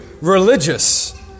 religious